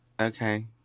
Okay